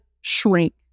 shrink